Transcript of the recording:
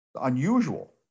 Unusual